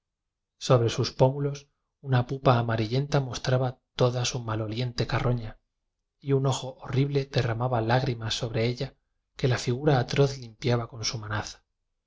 sobre sus pómulos una pupa amarillenta mostraba toda su mal oliente carroña y un ojo horrible derramaba lágri mas sobre ella que la figura atroz limpiaba con su manaza